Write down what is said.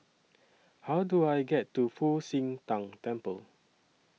How Do I get to Fu Xi Tang Temple